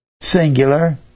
singular